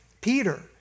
Peter